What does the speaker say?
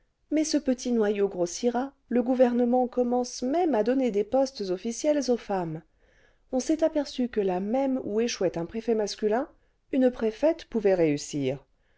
mais ce petit noyau grossira le gouvernement commence même à donner des postes officiels aux femmes on s'est aperçu que là même où échouait un préfet masculin une préfète pouvait réussir